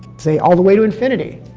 say, all the way to infinity.